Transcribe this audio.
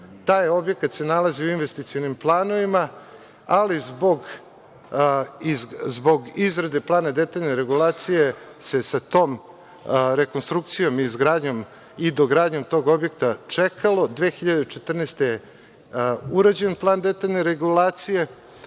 taj objekat se nalazi u investicionim planovima, ali zbog izrade plana detaljne regulacije se sa tom rekonstrukcijom, izgradnjom i dogradnjom tog objekta čekalo. Godine 2014. je urađen plan detaljne regulacije